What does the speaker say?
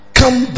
come